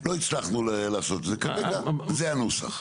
לא הצלחנו לעשות זה, כרגע זה הנוסח.